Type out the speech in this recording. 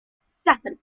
seven